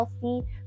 healthy